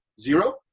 zero